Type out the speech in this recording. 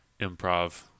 improv